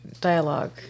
dialogue